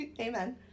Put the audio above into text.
Amen